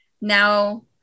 now